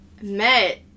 met